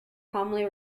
commonly